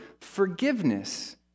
forgiveness